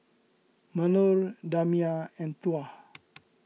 Melur Damia and Tuah